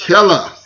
Killer